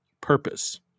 purpose